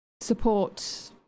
support